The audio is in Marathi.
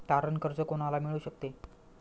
तारण कर्ज कोणाला मिळू शकते?